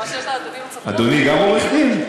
אדוני גם עורך-דין?